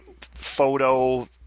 photo